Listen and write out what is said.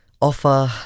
offer